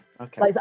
Okay